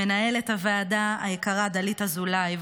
למנהלת הוועדה היקרה דלית אזולאי,